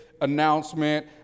announcement